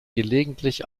gelegentlich